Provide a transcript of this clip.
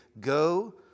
go